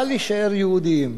אבל להישאר יהודיים.